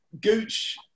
Gooch